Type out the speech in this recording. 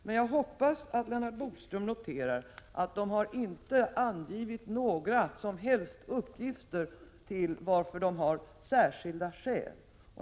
Men jag hoppas att Lennart Bodström noterar att nämnden inte angivit några som helst uppgifter om vad det är för särskilda skäl.